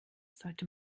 sollte